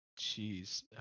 Jeez